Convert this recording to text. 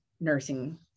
nursing